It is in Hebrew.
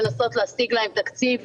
לנסות להשיג להם תקציב,